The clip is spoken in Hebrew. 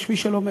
יש מי שלומד,